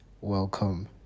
Welcome